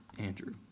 Andrew